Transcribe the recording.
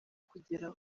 kugeraho